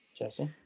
Jesse